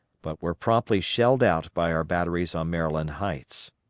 but were promptly shelled out by our batteries on maryland heights.